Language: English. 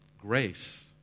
Grace